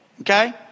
Okay